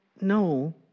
no